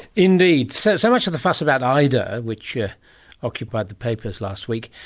indeed. so so much for the fuss about ida which ah occupied the papers last week.